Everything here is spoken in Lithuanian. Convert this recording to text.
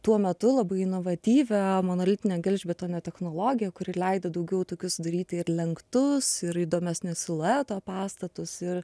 tuo metu labai inovatyvią monolitinio gelžbetonio technologiją kuri leido daugiau tokius daryti ir lenktus ir įdomesnio silueto pastatus ir